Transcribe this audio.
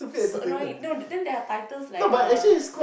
so annoying no then there are titles like uh